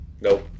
Nope